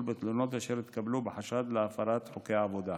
בתלונות אשר התקבלו בחשד להפרת חוקי עבודה.